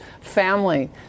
family